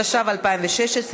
התשע"ו 2016,